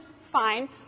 fine